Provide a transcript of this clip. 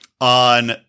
on